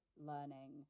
learning